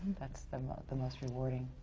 that's the most the most rewarding,